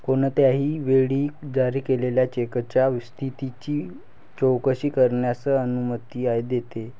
कोणत्याही वेळी जारी केलेल्या चेकच्या स्थितीची चौकशी करण्यास अनुमती देते